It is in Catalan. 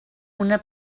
una